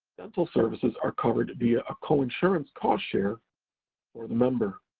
dental services are covered via a coinsurance cost share for the member.